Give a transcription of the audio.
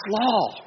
law